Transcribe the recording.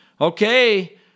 Okay